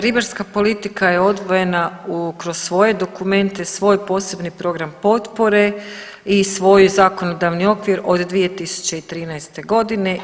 Ribarska politika je odvojena kroz svoje dokumente, svoj posebni program potpore i svoj zakonodavni okvir od 2013. godine.